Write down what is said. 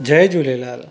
Jay Jhulelal